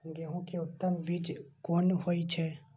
गेंहू के उत्तम बीज कोन होय छे?